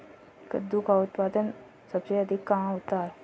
कद्दू का उत्पादन सबसे अधिक कहाँ होता है?